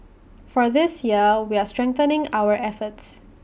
for this year we're strengthening our efforts